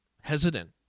hesitant